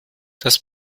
das